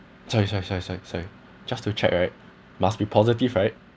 sorry sorry sorry sorry sorry just to check right must be positive right